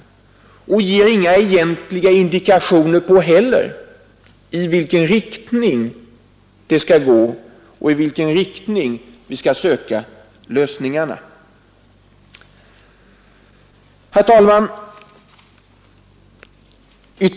Den ger inte heller några egentliga indikationer på i vilken riktning vi skall söka lösningarna. Herr talman!